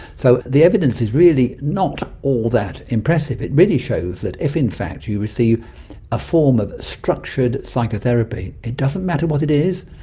so the evidence is really not all that impressive. it really shows that if in fact you you receive a form of structured psychotherapy, it doesn't matter what it is,